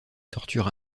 torture